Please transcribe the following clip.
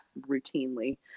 routinely